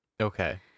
Okay